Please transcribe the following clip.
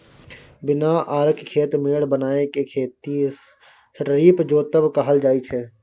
बिना आरिक खेत मेढ़ बनाए केँ खेती स्ट्रीप जोतब कहल जाइ छै